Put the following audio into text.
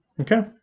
Okay